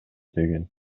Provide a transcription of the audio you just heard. деген